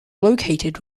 located